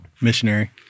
Missionary